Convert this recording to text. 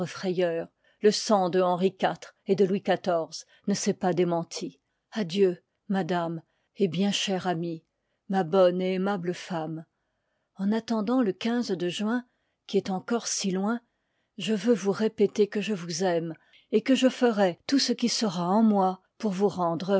frayeur le sang de henri iv et de louis xiv ne s'est pas démenti adieu madame et bien chère amie j ma bonne et aimable femme en attendant le i de juin qui est encore si loin je veux vous répéter que je vous aime et que je ferai tout ce qui sera en moi pour vous rendre